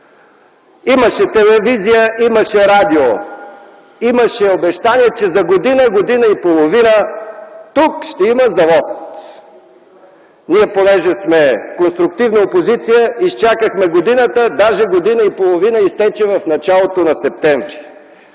Имаше телевизия, имаше радио, имаше обещания, че за година-година и половина тук ще има завод. Ние, понеже сме конструктивна опозиция, изчакахме годината, даже година и половина изтече в началото на септември.